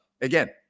Again